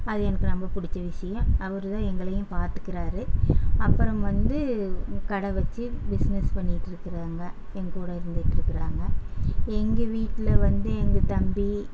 அது எனக்கு ரொம்பப் பிடிச்ச விஷயம் அவர் தான் எங்களையும் பார்த்துக்கிறாரு அப்புறம் வந்து கடை வச்சு பிஸ்னஸ் பண்ணிக்கிட்டுருக்கிறாங்க எங்கள் கூட இருந்துக்கிட்டுருக்கிறாங்க எங்கள் வீட்டில் வந்து எங்கள் தம்பி